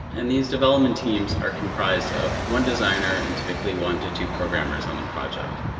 and these development teams are comprised of one designer and typically one to two programmers on the project.